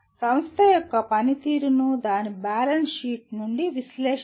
సంస్థ యొక్క పనితీరును దాని బ్యాలెన్స్ షీట్ నుండి విశ్లేషించండి